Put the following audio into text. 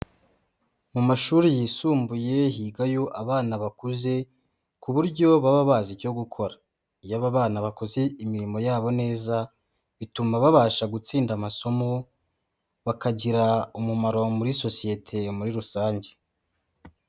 Mu mashuri yisumbuye higayo abana bakuze ku buryo baba bazi icyo gukora. Iyo aba bana bakoze imirimo yabo neza bituma babasha gutsinda amasomo, bakagira umumaro muri sosiyete muri rusange.